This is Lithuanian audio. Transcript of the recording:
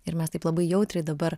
ir mes taip labai jautriai dabar